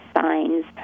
signs